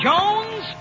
Jones